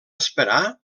esperar